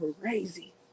crazy